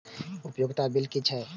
उपयोगिता बिल कि छै?